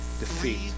defeat